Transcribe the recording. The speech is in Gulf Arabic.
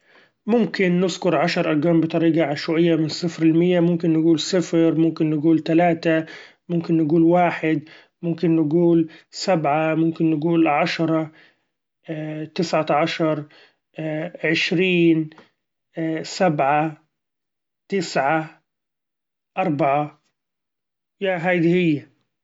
ممكن نذكر عشر ارقام بطريقة عشوائية من صفر لمية ، ممكن نقول صفر ، ممكن نقول تلاته ، ممكن نقول واحد ، ممكن نقول سبعة ، ممكن نقول عشرة ‹hesitate › تسعة عشر ‹hesitate › عشرين ‹hesitate › سبعة تسعة اربعة يا هيدي هي.